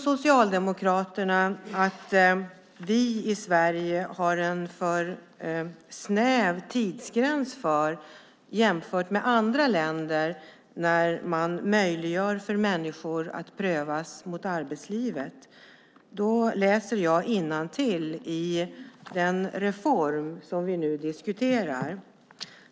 Socialdemokraterna säger att vi i Sverige, jämfört med andra länder, har en för snäv tidsgräns i fråga om när man möjliggör för människor att prövas mot arbetslivet. Jag ska därför läsa vad som står i den reform som vi nu diskuterar.